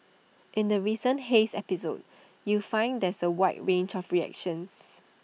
in the recent haze episode you find there's A wide range of reactions